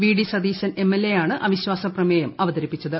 V D Satheesan എംഎൽഎയാണ് അവിശ്വാസ പ്രമേയം അവതരിപ്പിച്ചത്